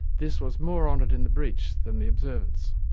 this was more honour'd in the breach than the observance.